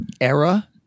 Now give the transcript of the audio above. era